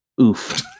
Oof